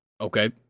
Okay